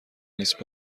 نیست